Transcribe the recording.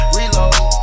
Reload